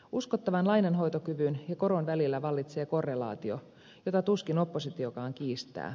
uskottavan lainanhoitokyvyn ja koron välillä vallitsee korrelaatio jota tuskin oppositiokaan kiistää